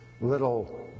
little